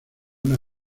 una